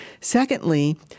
Secondly